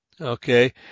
Okay